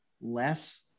less